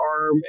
arm